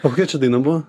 o kokia čia daina buvo